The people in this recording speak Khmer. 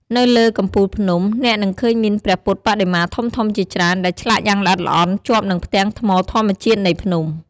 នៅលើកំពូលភ្នំ អ្នកនឹងឃើញមានព្រះពុទ្ធបដិមាធំៗជាច្រើន ដែលឆ្លាក់យ៉ាងល្អិតល្អន់ជាប់នឹងផ្ទាំងថ្មធម្មជាតិនៃភ្នំ។